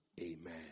amen